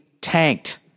tanked